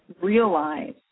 realize